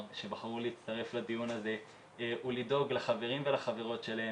שבחרו להצטרף לדיון הזה ולדאוג לחברים ולחברות שלהם